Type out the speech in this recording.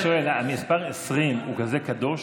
אני רק שואל: המספר 20 הוא כזה קדוש?